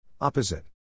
Opposite